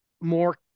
more